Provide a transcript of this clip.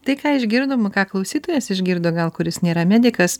tai ką išgirdom ką klausytojas išgirdo gal kuris nėra medikas